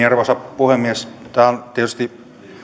arvoisa puhemies tämä on tietysti